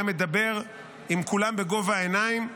היה מדבר עם כולם בגובה העיניים,